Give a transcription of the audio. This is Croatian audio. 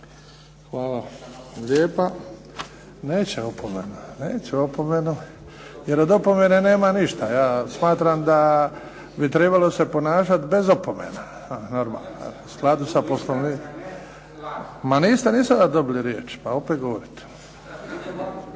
Hvala lijepa. Neće opomenu jer od opomene nema ništa. Ja smatram da bi trebalo se ponašati bez opomena. Normalno, u skladu sa Poslovniku. Niste dobili riječ, pa opet govorite.